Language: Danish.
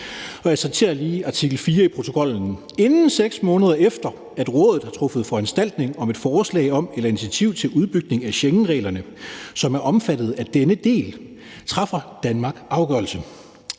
Jeg citerer lige artikel 4 i protokollen: »Inden seks måneder efter, at Rådet har truffet foranstaltning om et forslag om eller initiativ til udbygning af Schengenreglerne, som er omfattet af denne del, træffer Danmark afgørelse